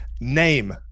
name